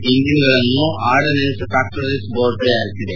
ಈ ಇಂಜಿನ್ಗಳನ್ನು ordnance factories board ತಯಾರಿಸಿದೆ